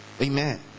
Amen